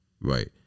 Right